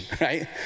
right